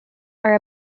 are